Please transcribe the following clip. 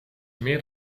meer